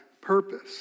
purpose